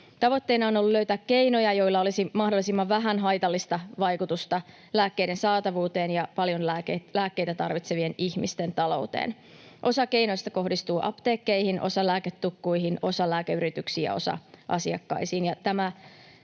Tavoitteena on ollut löytää keinoja, joilla olisi mahdollisimman vähän haitallista vaikutusta lääkkeiden saatavuuteen ja paljon lääkkeitä tarvitsevien ihmisten talouteen. Osa keinoista kohdistuu apteekkeihin, osa lääketukkuihin, osa lääkeyrityksiin ja osa asiakkaisiin.